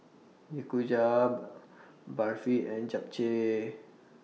Nikujaga Barfi and Japchae